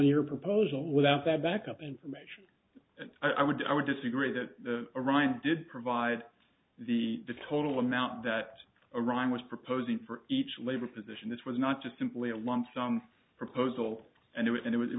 your proposal without that backup information and i would i would disagree that the arayan did provide the the total amount that iran was proposing for each labor position this was not just simply a lump sum proposal and it was